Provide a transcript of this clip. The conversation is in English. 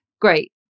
Great